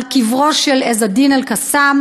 על קברו של עז א-דין אל-קסאם,